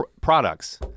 products